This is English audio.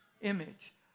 image